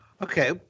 Okay